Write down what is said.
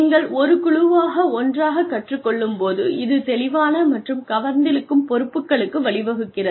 நீங்கள் ஒரு குழுவாக ஒன்றாகக் கற்றுக் கொள்ளும் போது இது தெளிவான மற்றும் கவர்ந்திழுக்கும் பொறுப்புகளுக்கு வழிவகுக்கிறது